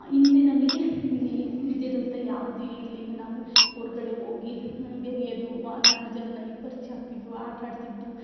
ಹಿಂದೆ ನಮಗೆ ಈ ರೀತಿಯಾದಂಥ ಯಾವ್ದೇ ಇರಲಿಲ್ಲ ನಾವು ಹೊರ್ಗಡೆ ಹೋಗಿ ಬೆರೆಯೋದು ವ ನಾಲ್ಕು ಜನ ನಮಗ್ ಪರ್ಚಯ ಆಗ್ತಿದ್ರು ಆಟ ಆಡ್ತಿದ್ದು